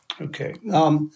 Okay